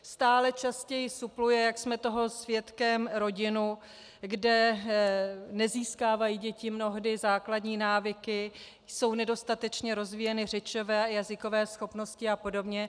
Stále častěji supluje, jak jsme toho svědkem, rodinu, kde nezískávají děti mnohdy základní návyky, jsou nedostatečně rozvíjeny řečové, jazykové schopnosti apod.